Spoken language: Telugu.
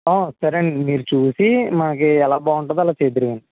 సరేండి మీరు చూసి మాకి ఎలాగ బాగుంటుందో అలాగ చేద్దురు కానీ